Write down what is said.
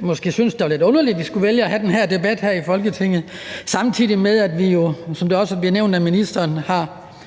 måske syntes, det var lidt underligt at vi skulle vælge at have den her debat i Folketinget, samtidig med at vi jo, som det også blev nævnt af ministeren,